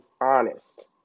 honest